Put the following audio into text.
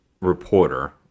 reporter